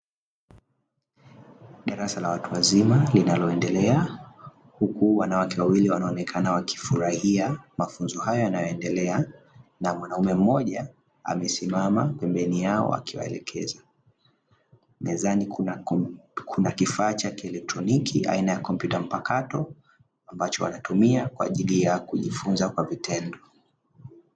Darasa la watu wazima linaloendelea. Huku wanawake wawili wanaonekana wakifurahia mafunzo hayo yanayoendelea na mwanamume mmoja amesimama pembeni yao akiwaelekeza. Mezani kuna kifaa cha kielektroniki aina ya kompyuta mpakato ambacho wanatumia kwa ajili ya kujifunza kwa vitendo.